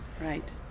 Right